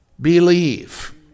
believe